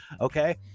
okay